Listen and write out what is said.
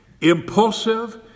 impulsive